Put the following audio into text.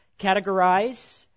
categorize